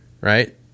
right